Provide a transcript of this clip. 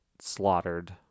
slaughtered